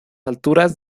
alturas